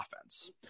offense